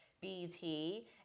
BT